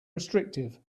restrictive